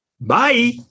Bye